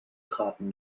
traten